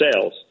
sales